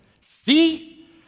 see